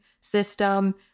system